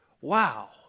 Wow